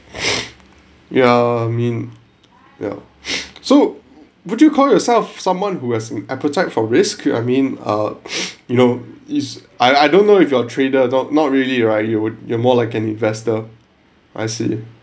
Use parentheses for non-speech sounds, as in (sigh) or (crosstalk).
(breath) yah I mean ya (breath) so would you call yourself someone who has an appetite for risk I mean uh (breath) you know it's I I don't know if you're trader or not not really right you you you're more like an investor I see